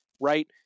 right